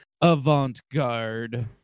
avant-garde